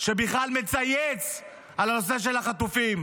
שבכלל מצייץ על הנושא של החטופים.